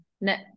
net